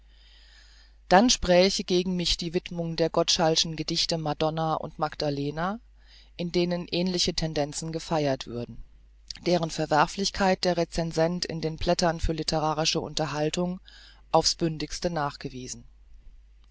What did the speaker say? dann spräche gegen mich die widmung der gottschall'schen gedichte madonna und magdalena in denen ähnliche tendenzen gefeiert würden deren verwerflichkeit der recensent in den blättern für litterarische unterhaltung auf's bündigste nachgewiesen